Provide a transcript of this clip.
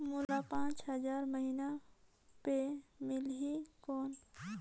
मोला पांच हजार महीना पे ऋण मिलही कौन?